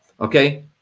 Okay